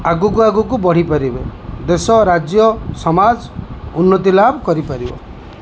ଆଗକୁ ଆଗକୁ ବଢ଼ିପାରିବେ ଦେଶ ରାଜ୍ୟ ସମାଜ ଉନ୍ନତି ଲାଭ କରିପାରିବ